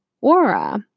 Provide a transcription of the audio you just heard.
aura